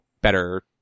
better